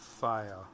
Fire